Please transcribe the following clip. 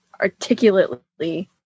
articulately